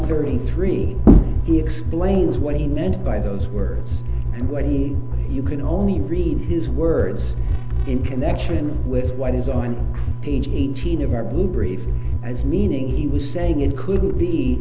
g three explains what he meant by those words and when he you can only read his words in connection with what is on page eighteen of our blue brief as meaning he was saying it couldn't be